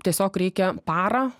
tiesiog reikia parą